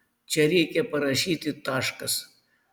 čia reikia parašyti taškas